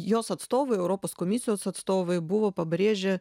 jos atstovai europos komisijos atstovai buvo pabrėžę